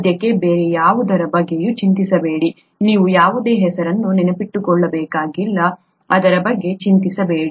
ಸದ್ಯಕ್ಕೆ ಬೇರೆ ಯಾವುದರ ಬಗ್ಗೆಯೂ ಚಿಂತಿಸಬೇಡಿ ನೀವು ಯಾವುದೇ ಹೆಸರನ್ನು ನೆನಪಿಟ್ಟುಕೊಳ್ಳಬೇಕಾಗಿಲ್ಲ ಅದರ ಬಗ್ಗೆ ಚಿಂತಿಸಬೇಡಿ